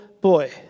boy